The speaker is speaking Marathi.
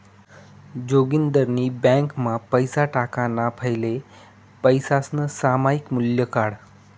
जोगिंदरनी ब्यांकमा पैसा टाकाणा फैले पैसासनं सामायिक मूल्य काढं